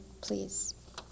please